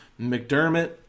McDermott